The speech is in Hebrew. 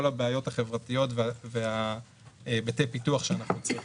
הבעיות החברתיות והיבטי הפיתוח שאנחנו צריכים.